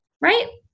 right